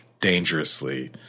dangerously